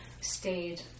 stayed